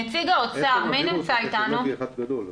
עצם הווירוס הוא כשל לוגי אחד גדול,